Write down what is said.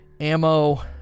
ammo